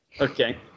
Okay